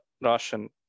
Russian